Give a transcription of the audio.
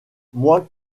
moi